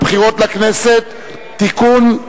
בחולי נפש (תיקון,